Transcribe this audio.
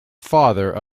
father